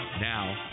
Now